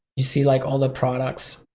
you see like all the products,